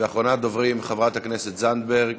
ואחרונת הדוברים, חברת הכנסת זנדברג.